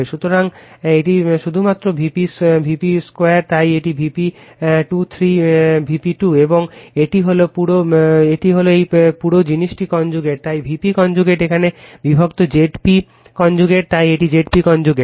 সুতরাং এটি শুধুমাত্র Vp 2 তাই এটি Vp 2 3 Vp 2 এবং এটি হল এই পুরো জিনিসটি কনজুগেট তাই Vp কনজুগেট এখানে বিভক্ত Zp কনজুগেট তাই এটি Zp কনজুগেট